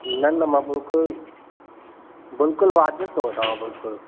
न न मां बुकुल बिल्कुलु वाज़िबि थो वठा बिल्कुलु